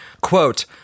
Quote